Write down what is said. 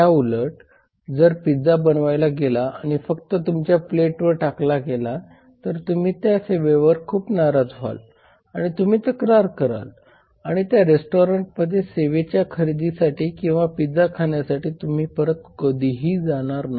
त्याउलट 0305 जर पिझ्झा बनवला गेला आणि फक्त तुमच्या प्लेटवर टाकला गेला तर तुम्ही त्या सेवेवर खूप नाराज व्हाल आणि तुम्ही तक्रार कराल आणि त्या रेस्टॉरंटमध्ये सेवेच्या खरेदीसाठी किंवा पिझ्झा खाण्यासाठी तुम्ही परत कधीही येणार नाही